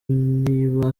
niba